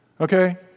okay